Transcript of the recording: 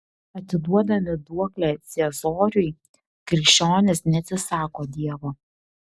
atiduodami duoklę ciesoriui krikščionys neatsisako dievo